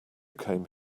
came